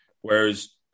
Whereas